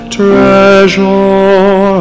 treasure